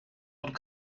und